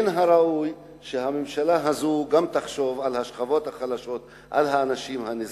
מן הראוי שהממשלה הזאת גם תחשוב על השכבות החלשות ועל האנשים הנזקקים.